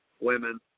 women